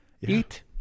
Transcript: Eat